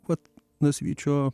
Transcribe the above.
vat nasvyčio